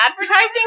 advertising